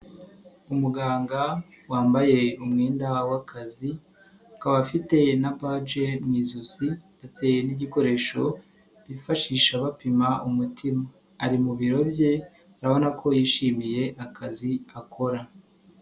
Umuganga wambaye umwenda w'akazi akaba afite na baje mu ijosi ndetse n'igikoresho bifashisha bapima umutima, ari mu biro bye urabona ko yishimiye akazi akora.